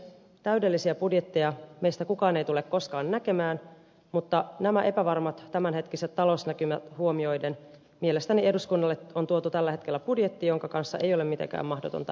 täydellisiä budjetteja meistä kukaan ei tule koskaan näkemään mutta nämä epävarmat tämänhetkiset talousnäkymät huomioiden mielestäni eduskunnalle on tuotu tällä hetkellä budjetti jonka kanssa ei ole mitenkään mahdotonta elää